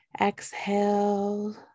exhale